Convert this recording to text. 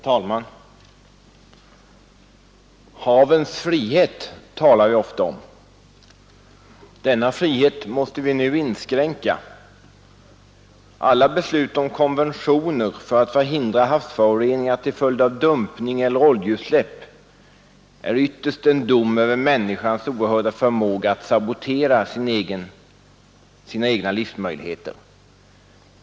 Herr talman! Havens frihet talar vi ofta om. Denna frihet måste vi nu inskränka. Alla beslut om konventioner för att förhindra havsföroreningar till följd av dumpning eller oljeutsläpp är ytterst en dom över människans oerhörda förmåga att sabotera sina egna livsmöjligheter.